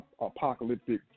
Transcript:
apocalyptic